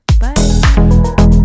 Bye